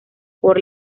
por